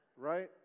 Right